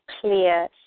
clear